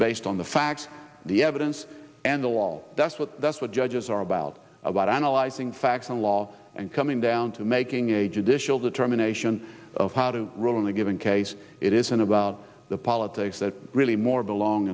based on the facts the evidence and the wall that's what that's what judges are about about analyzing facts and law and coming down to making a judicial determination of how to rule in a given case it isn't about the politics that really more belong